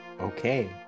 okay